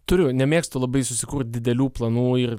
turiu nemėgstu labai susikurt didelių planų ir